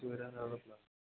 തിരിച്ചുവരാനാണ് plan